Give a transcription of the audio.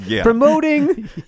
promoting